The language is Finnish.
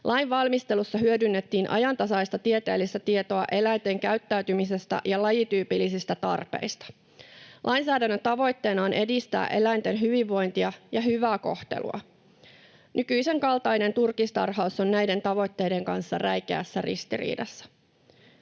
Lainvalmistelussa hyödynnettiin ajantasaista tieteellistä tietoa eläinten käyttäytymisestä ja lajityypillisistä tarpeista. Lainsäädännön tavoitteena on edistää eläinten hyvinvointia ja hyvää kohtelua. Nykyisen kaltainen turkistarhaus on näiden tavoitteiden kanssa räikeässä ristiriidassa.